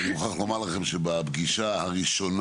אני מוכרח לומר לכם שבפגישה הראשונה,